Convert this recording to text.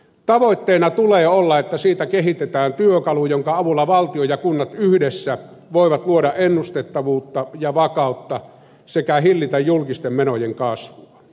tavoitteena tulee olla että siitä kehitetään työkalu jonka avulla valtio ja kunnat yhdessä voivat luoda ennustettavuutta ja vakautta sekä hillitä julkisten menojen kasvua